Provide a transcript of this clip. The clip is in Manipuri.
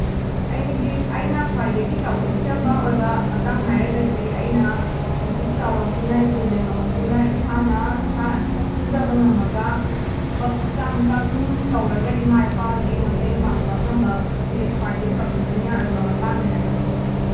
ꯑꯩꯅ ꯈ꯭ꯋꯥꯏꯗꯒꯤ ꯆꯥꯎꯊꯣꯛꯆꯕ ꯑꯣꯏꯕ ꯃꯇꯥꯡ ꯍꯥꯏꯔꯒꯗꯤ ꯑꯩꯅ ꯍꯧꯖꯤꯛ ꯆꯥꯎꯔꯛꯇꯨꯅ ꯏꯄꯨꯖꯦꯡ ꯉꯝꯃꯛꯇꯨꯅ ꯏꯁꯥꯅ ꯏꯁꯥꯅ ꯊꯕꯛ ꯁꯨꯖꯕ ꯉꯝꯃꯒ ꯊꯕꯛ ꯃꯆꯥ ꯃꯆꯥ ꯁꯨꯝ ꯇꯧꯔꯒ ꯏꯃꯥ ꯏꯄꯥꯒꯤ ꯃꯇꯦꯡ ꯄꯥꯡꯕ ꯉꯝꯕ ꯁꯤ ꯑꯩ ꯈ꯭ꯋꯥꯏꯗꯒꯤ ꯆꯥꯎꯊꯣꯛꯆꯅꯤꯉꯥꯏ ꯑꯣꯏꯕ ꯃꯇꯥꯡꯅꯤ ꯍꯥꯏꯕ ꯈꯜꯂꯤ